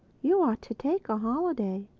you ought to take a holiday.